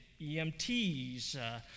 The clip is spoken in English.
EMTs